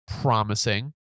promising